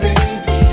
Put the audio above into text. Baby